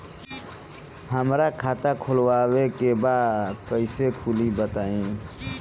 हमरा खाता खोलवावे के बा कइसे खुली बताईं?